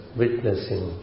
witnessing